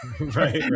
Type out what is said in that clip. right